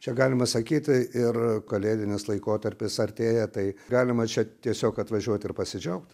čia galima sakyti ir kalėdinis laikotarpis artėja tai galima čia tiesiog atvažiuot ir pasidžiaugt